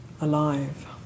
alive